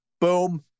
boom